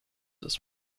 this